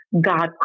God